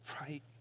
right